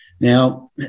Now